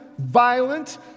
violent